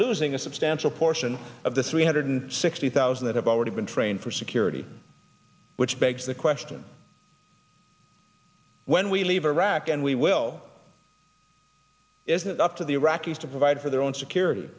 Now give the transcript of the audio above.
losing a substantial portion of the three hundred sixty thousand that have already been trained for security which begs the question when we leave iraq and we will is it up to the iraqis to provide for their own security